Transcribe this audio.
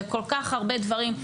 זה כל כך הרבה דברים.